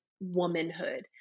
womanhood